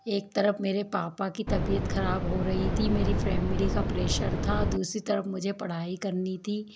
एक तरफ मेरे पापा की तबीयत खराब हो रही थी मेरी फैमिली का प्रेशर था दूसरी तरफ मुझे पढ़ाई करनी थी